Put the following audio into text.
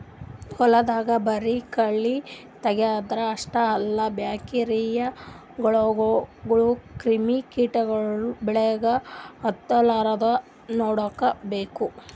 ಹೊಲ್ದಾಗ ಬರಿ ಕಳಿ ತಗ್ಯಾದ್ ಅಷ್ಟೇ ಅಲ್ಲ ಬ್ಯಾಕ್ಟೀರಿಯಾಗೋಳು ಕ್ರಿಮಿ ಕಿಟಗೊಳು ಬೆಳಿಗ್ ಹತ್ತಲಾರದಂಗ್ ನೋಡ್ಕೋಬೇಕ್